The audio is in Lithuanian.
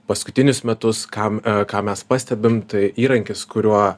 paskutinius metus kam ką mes pastebim tai įrankis kuriuo